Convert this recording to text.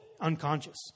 Unconscious